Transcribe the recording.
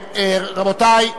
רבותי,